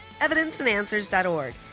evidenceandanswers.org